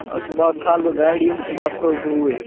آ صُبَحس کھالہٕ بہٕ گاڑِ یِم صُبَحس سوزٕ بہٕ اوٗرۍ